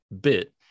bit